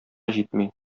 җитми